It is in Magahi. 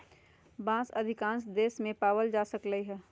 बांस अधिकांश देश मे पाएल जा सकलई ह